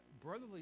brotherly